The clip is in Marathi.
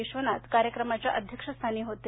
विश्वनाथ कार्यक्रमाच्या अध्यक्षस्थानी होते